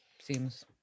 seems